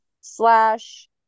slash